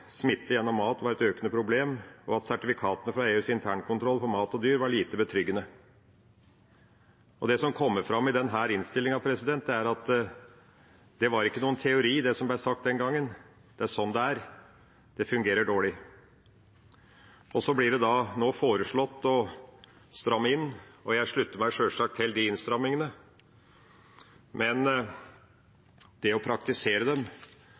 gjennom mat var et økende problem, og at sertifikatene fra EUs internkontroll av mat og dyr var lite betryggende. Det som kommer fram i denne innstillinga, er at det var ikke noen teori, det som ble sagt den gangen. Det er sånn det er. Det fungerer dårlig. Det blir nå foreslått å stramme inn, og jeg slutter meg sjølsagt til de innstrammingene, men det å praktisere dem